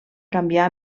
canviar